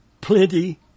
Plenty